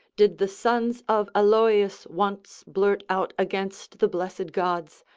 did the sons of aloeus once blurt out against the blessed gods,